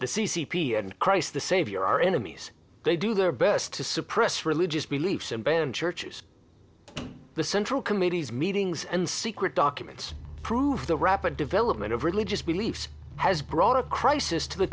the c c p and christ the savior are enemies they do their best to suppress religious beliefs and ban churches the central committees meetings and secret documents prove the rapid development of religious beliefs has brought a crisis to the